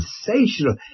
sensational